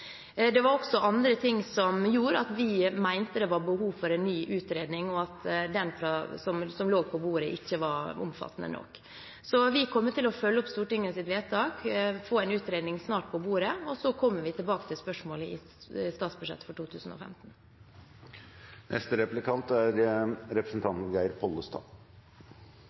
Det var også andre ting som gjorde at vi mente det var behov for en ny utredning, og at den som lå på bordet, ikke var omfattende nok. Vi kommer til å følge opp Stortingets vedtak og snart få en utredning på bordet, og så kommer vi tilbake til spørsmålet i statsbudsjettet for